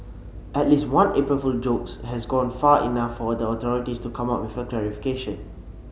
at least one April Fool jokes has gone far enough for the authorities to come out with a clarification